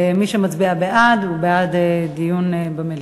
מי שמצביע בעד הוא בעד דיון במליאה.